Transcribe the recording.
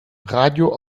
radio